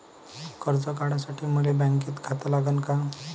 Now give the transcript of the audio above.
कर्ज काढासाठी मले बँकेत खातं लागन का?